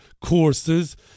courses